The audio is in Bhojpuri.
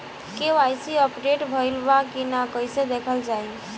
के.वाइ.सी अपडेट भइल बा कि ना कइसे देखल जाइ?